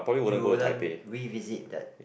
you wouldn't revisit that